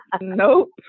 Nope